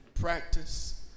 practice